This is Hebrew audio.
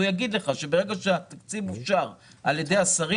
הוא יגיד לך שברגע שהתקציב מאושר על ידי השרים,